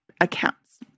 accounts